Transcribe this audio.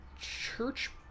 church